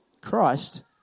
Christ